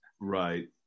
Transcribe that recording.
right